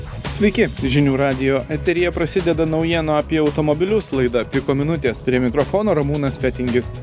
sveiki žinių radijo eteryje prasideda naujienų apie automobilius laida piko minutės prie mikrofono ramūnas fetingis